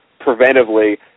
preventively